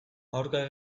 aurka